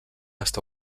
està